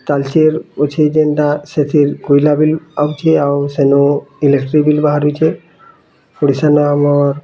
ତାଲଚେର୍ ଅଛି ଯେନ୍ତା ସେଥିର୍ କୋଏଲା ବେଲେ ଆଉଛେ ଆଉ ସେନୁ ଇଲେକ୍ଟ୍ରିକ୍ ବାହାରୁଛେ ଓଡ଼ିଶା ନୁ ଆମର୍